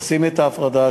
עושים את ההפרדה,